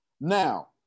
Now